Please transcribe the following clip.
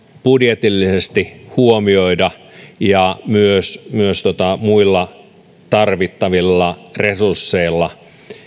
budjetillisesti huomioida ja tulisi myös muilla tarvittavilla resursseilla